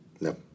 No